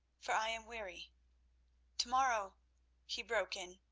for i am weary to-morrow he broke in.